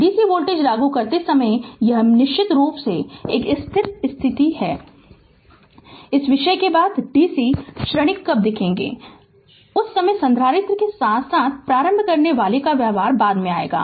dc voltage लागू करते समय यह निश्चित रूप से एक स्थिर स्थिति की स्थिति है इस विषय के बाद dc क्षणिक कब देखेंगे उस समय संधारित्र के साथ साथ प्रारंभ करनेवाला का व्यवहार बाद में आएगा